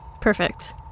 Perfect